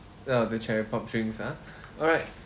oh the cherry pop drinks ah alright